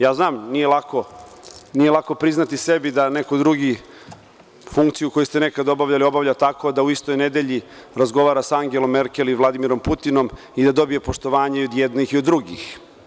Ja znam, nije lako, nije lako priznati sebi da neko drugi funkciju koju ste nekada obavljali, obavlja tako da u istoj nedelji razgovara sa Angelom Merkel i Vladimirom Putinom, i da dobije poštovanje i od jednih i od drugih.